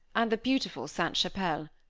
and the beautiful sainte chapelle.